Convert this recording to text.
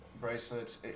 bracelets